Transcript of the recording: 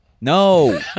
no